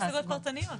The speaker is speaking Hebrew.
השגות פרטניות.